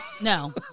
No